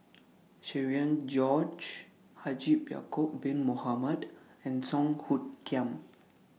Cherian George Haji Ya'Acob Bin Mohamed and Song Hoot Kiam